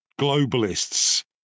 globalists